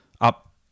up